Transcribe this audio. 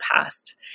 past